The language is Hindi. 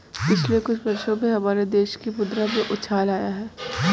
पिछले कुछ वर्षों में हमारे देश की मुद्रा में उछाल आया है